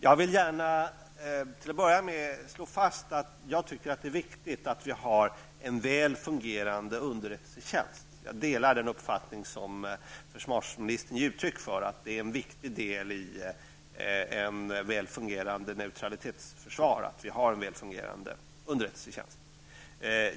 Jag vill till att börja med slå fast att det är viktigt att vi har en väl fungerande underrättelsetjänst. Jag delar den uppfattning som försvarsministern ger uttryck för, dvs. att det är en viktig del i ett väl fungerande neutralitetsförsvar att vi har en väl fungerande underrättelsetjänst.